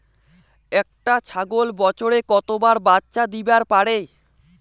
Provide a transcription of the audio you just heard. একটা ছাগল বছরে কতবার বাচ্চা দিবার পারে?